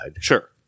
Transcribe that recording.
Sure